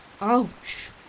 Ouch